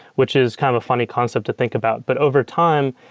which is kind of a funny concept to think about. but over time,